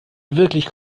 wirklich